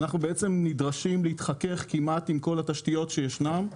אנחנו נדרשים להתחכך כמעט עם כל התשתיות שישנן.